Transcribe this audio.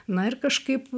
na ir kažkaip